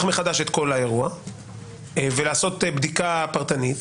מחדש את כל האירוע ולעשות בדיקה פרטנית.